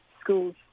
schools